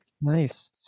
Nice